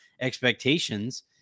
expectations